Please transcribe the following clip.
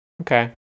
Okay